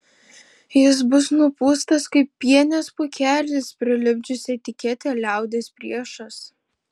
jis bus nupūstas kaip pienės pūkelis prilipdžius etiketę liaudies priešas